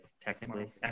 Technically